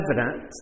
evident